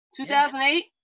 2008